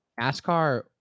nascar